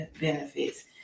benefits